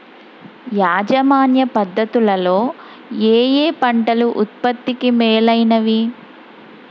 యాజమాన్య పద్ధతు లలో ఏయే పంటలు ఉత్పత్తికి మేలైనవి?